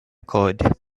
corde